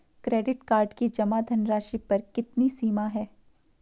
Credit card की जमा धनराशि पर कितनी सीमा है?